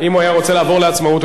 אם הוא היה רוצה לעבור לעצמאות,